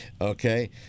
okay